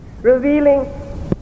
revealing